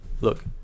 Look